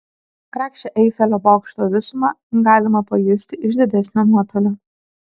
grakščią eifelio bokšto visumą galima pajusti iš didesnio nuotolio